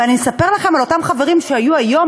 אבל אני אספר לכם על אותם חברים שהיו היום